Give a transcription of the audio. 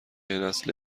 نسل